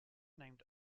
named